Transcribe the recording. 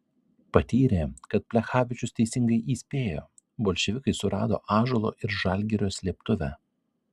patyrė kad plechavičius teisingai įspėjo bolševikai surado ąžuolo ir žalgirio slėptuvę